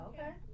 Okay